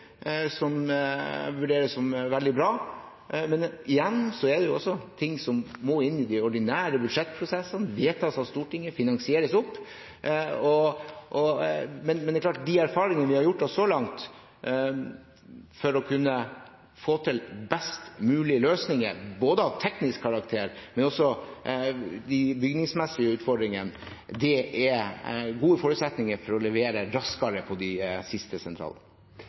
som vurderes som veldig bra. Men igjen: Det er også ting som må inn i de ordinære budsjettprosessene, vedtas av Stortinget og finansieres opp. Det er klart at de erfaringene vi har gjort oss så langt for å kunne få til best mulige løsninger av teknisk karakter, men også på de bygningsmessige utfordringene, er gode forutsetninger for å levere raskere på de siste